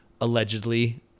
allegedly